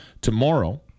tomorrow